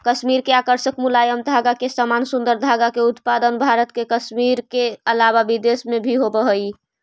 कश्मीर के आकर्षक मुलायम धागा के समान सुन्दर धागा के उत्पादन भारत के कश्मीर के अलावा विदेश में भी होवऽ हई